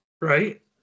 right